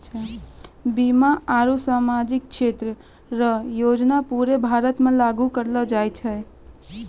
बीमा आरू सामाजिक क्षेत्र रो योजना पूरे भारत मे लागू करलो जाय छै